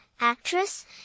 actress